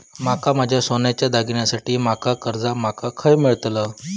माका माझ्या सोन्याच्या दागिन्यांसाठी माका कर्जा माका खय मेळतल?